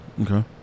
Okay